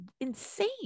insane